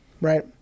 right